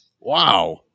Wow